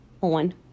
on